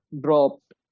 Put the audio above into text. dropped